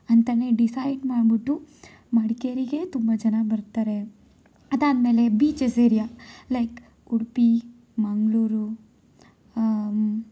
ಅಂತನೆ ಡಿಸೈಡ್ ಮಾಡ್ಬಿಟ್ಟು ಮಡಿಕೇರಿಗೇ ತುಂಬ ಜನ ಬರ್ತಾರೆ ಅದಾದ ಮೇಲೆ beaches area like Udupi Mangaluru